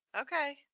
Okay